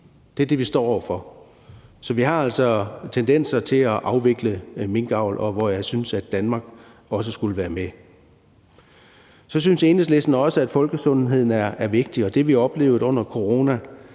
Det er det, vi står over for. Så der er altså en tendens til at afvikle minkavl, og her synes jeg også Danmark skulle være med. Så synes Enhedslisten også, at folkesundheden er vigtig, og vi oplevede under corona,